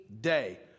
day